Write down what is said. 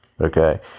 okay